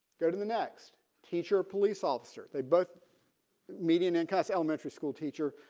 go to the next teacher police officer. they both median incomes. elementary school teacher.